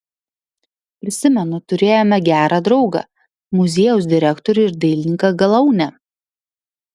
prisimenu turėjome gerą draugą muziejaus direktorių ir dailininką galaunę